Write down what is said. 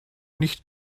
nicht